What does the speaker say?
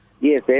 Yes